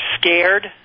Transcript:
scared